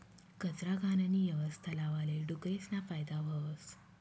कचरा, घाणनी यवस्था लावाले डुकरेसना फायदा व्हस